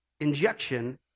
injection